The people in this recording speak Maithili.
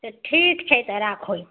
तऽ ठीक छै तऽ राखै छी